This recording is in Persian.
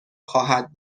خواهد